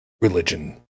religion